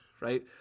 right